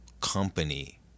company